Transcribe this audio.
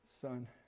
Son